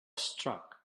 struck